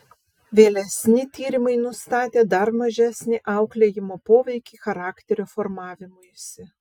vėlesni tyrimai nustatė dar mažesnį auklėjimo poveikį charakterio formavimuisi